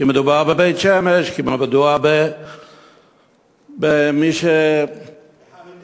כי מדובר בבית-שמש, כי מדובר במי, בחרדים.